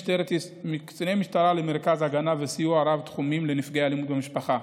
קציני משטרה למרכזי הגנה וסיוע רב-תחומיים לנפגעי אלימות במשפחה,